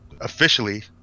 officially